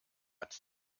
hat